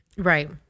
Right